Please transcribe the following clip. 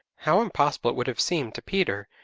how impossible it would have seemed to peter,